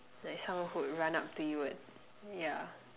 like someone who would run up to you and ya